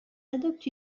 adoptent